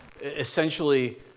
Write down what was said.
essentially